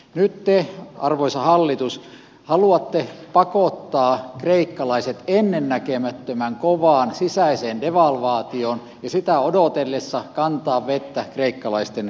nyt te arvoisa hallitus haluatte pakottaa kreikkalaiset ennennäkemättömän kovaan sisäiseen devalvaatioon ja sitä odotellessa kantaa vettä kreikkalaisten kaivoon